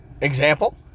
Example